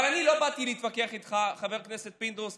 אבל אני לא באתי להתווכח איתך, חבר הכנסת פינדרוס.